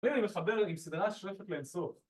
ואני מחבר עם סדרה ששואפת לאינסוף